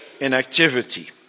inactivity